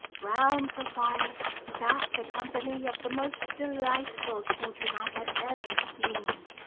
round the fire sat a company of the most delightful children i had ever seen.